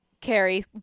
Carrie